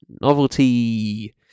novelty